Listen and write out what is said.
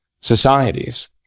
societies